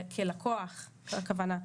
כלקוח הכוונה.